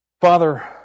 Father